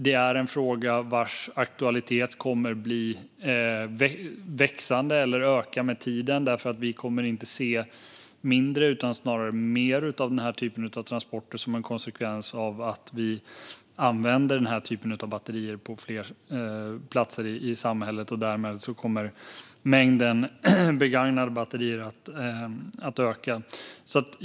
Det är en fråga vars aktualitet kommer att öka med tiden, eftersom vi inte kommer att se färre utan snarare fler transporter av detta slag som en konsekvens av att vi använder sådana batterier på fler områden i samhället. Därmed kommer mängden begagnade batterier att öka.